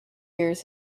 years